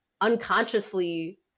unconsciously